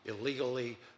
illegally